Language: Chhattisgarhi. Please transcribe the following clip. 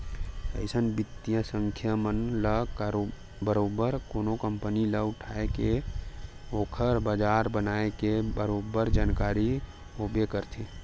अइसन बित्तीय संस्था मन ल बरोबर कोनो कंपनी ल उठाय के ओखर बजार बनाए के बरोबर जानकारी होबे करथे